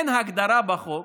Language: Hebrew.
אין הגדרה בחוק